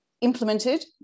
implemented